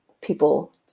people